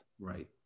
Right